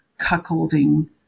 cuckolding